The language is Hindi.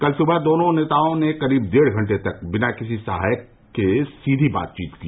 कल सुबह दोनों नेताओं ने करीब डेढ़ घंटे तक बिना किसी सहायक से सीधी बातचीत की